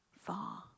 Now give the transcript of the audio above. far